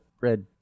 red